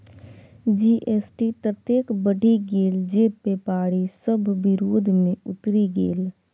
GST ततेक बढ़ि गेल जे बेपारी सभ विरोध मे उतरि गेल